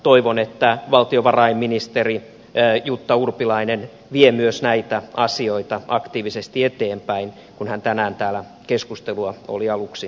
toivon että valtiovarainministeri jutta urpilainen vie myös näitä asioita aktiivisesti eteenpäin kun hän tänään täällä keskustelua oli aluksi seuraamassa